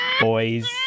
boys